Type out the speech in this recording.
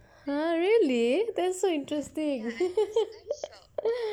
!huh! really that's so interesting